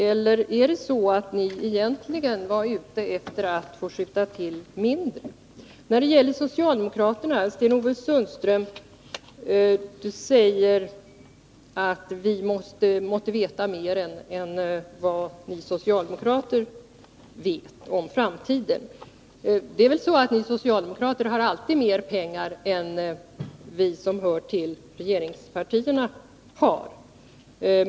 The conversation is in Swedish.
Eller var ni egentligen ute efter att få skjuta till mindre? Beträffande socialdemokraterna: Sten-Ove Sundström säger att vi måtte veta mer än vad socialdemokraterna vet om framtiden. Men ni socialdemokrater har väl alltid mer pengar än regeringspartierna har.